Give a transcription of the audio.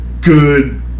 good